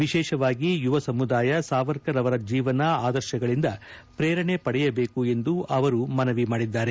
ವಿಶೇಷವಾಗಿ ಯುವ ಸಮುದಾಯ ಸಾವರ್ಕರ್ ಅವರ ಜೀವನ ಆದರ್ಶಗಳಿಂದ ಶ್ರೇರಣೆ ಪಡೆಯಬೇಕು ಎಂದು ಅವರು ಮನವಿ ಮಾಡಿದ್ದಾರೆ